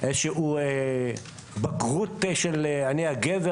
ואיזשהו בגרות של אני הגזע,